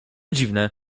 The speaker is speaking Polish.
dziwne